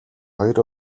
хоёр